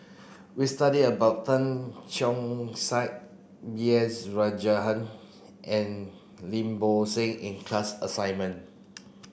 we study about Tan Keong Saik B S Rajhan and Lim Bo Seng in class assignment